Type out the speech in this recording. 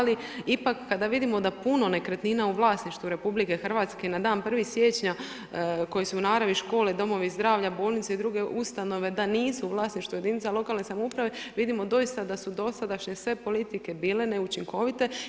Ali ipak, kada vidimo da puno nekretnina u vlasništvu Republike Hrvatske na dan 1. siječnja koji su u naravi škole, domovi zdravlja, bolnice i druge ustanove da nisu u vlasništvu jedinica lokalne samouprave, vidimo doista da su dosadašnje sve politike bile neučinkovite.